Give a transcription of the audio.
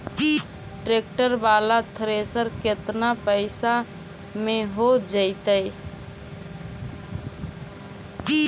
Tractor बाला thresher केतना पैसा में हो जैतै?